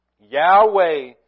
Yahweh